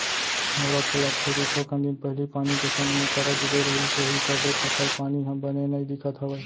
मोला तो लागथे कि थोकन दिन पहिली पानी के संग मा करा गिरे रहिस होही तभे फसल पानी ह बने नइ दिखत हवय